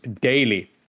daily